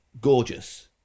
gorgeous